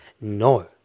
No